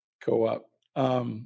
Co-op